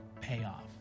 payoff